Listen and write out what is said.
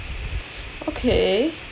okay